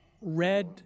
red